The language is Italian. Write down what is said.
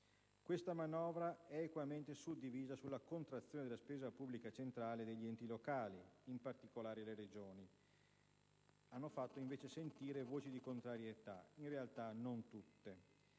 Questa manovra è equamente suddivisa sulla contrazione della spesa pubblica centrale e degli enti locali. Le Regioni hanno fatto sentire voci di contrarietà, ma in realtà non tutte.